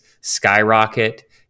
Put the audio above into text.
skyrocket